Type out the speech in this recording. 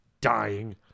dying